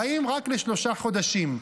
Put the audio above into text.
באים רק לשלושה חודשים.